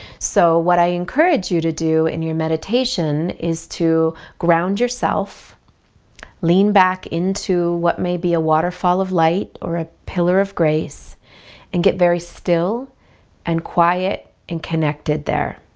so, what i encourage you to do in your meditation is to ground yourself lean back into what may be a waterfall of light or a pillar of grace and get very still and quiet and connected there